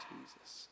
Jesus